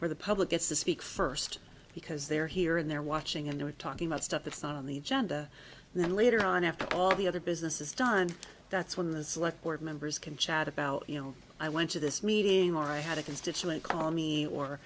where the public gets to speak first because they're here and they're watching and they're talking about stuff that's not on the agenda and then later on after all the other business is done that's when the select board members can chat about you know i went to this meeting or i had a constituent call me or